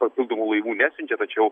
papildomų laivų nesiunčia tačiau